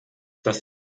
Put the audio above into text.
das